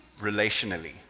relationally